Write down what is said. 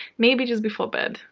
maybe just before bed.